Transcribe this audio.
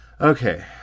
Okay